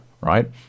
right